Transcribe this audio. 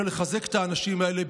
של לחזק את האנשים האלה.